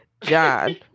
John